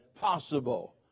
possible